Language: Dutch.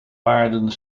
paarden